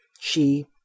She